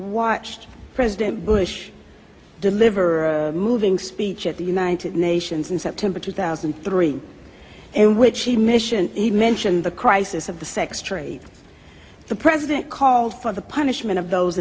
watched president bush deliver a moving speech at the united nations in september two thousand and three and which the mission even mentioned the crisis of the sex trade the president called for the punishment of those